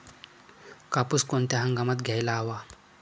कापूस कोणत्या हंगामात घ्यायला हवा?